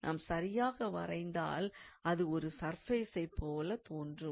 நாம் சரியாக வரைந்தால் அது ஒரு சர்ஃபேசைப் போல தோன்றும்